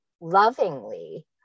lovingly